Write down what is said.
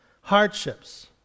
hardships